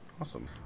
Awesome